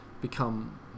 become